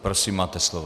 Prosím, máte slovo.